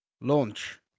launch